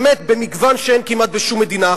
באמת במגוון שאין כמעט בשום מדינה אחרת,